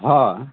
हा